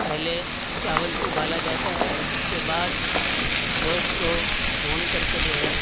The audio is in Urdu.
پہلے چاول کو ابالا جاتا ہے اس کے بعد گوشت کو بھون کر کے جو ہے